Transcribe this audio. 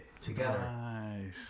together